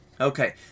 Okay